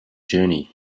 journey